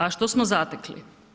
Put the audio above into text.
A što smo zategli?